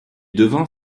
devint